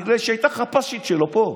בגלל שהיא הייתה חפ"שית שלו פה,